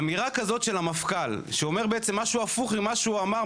אמירה כזאת של המפכ"ל שהוא אומר בעצם משהו הפוך ממה שהוא אמר,